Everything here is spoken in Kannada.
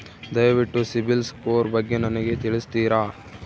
ದಯವಿಟ್ಟು ಸಿಬಿಲ್ ಸ್ಕೋರ್ ಬಗ್ಗೆ ನನಗೆ ತಿಳಿಸ್ತೀರಾ?